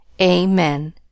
Amen